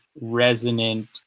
resonant